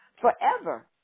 forever